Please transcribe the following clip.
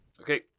Okay